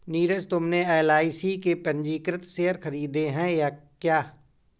नीरज तुमने एल.आई.सी के पंजीकृत शेयर खरीदे हैं क्या?